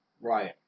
Right